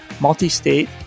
multi-state